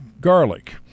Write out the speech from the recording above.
garlic